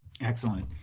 Excellent